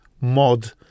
mod